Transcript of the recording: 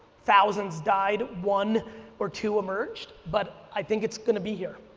thousands died, one or two emerged, but i think it's going to be here.